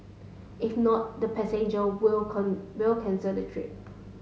if not the passenger will cone will cancel the trip